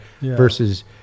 versus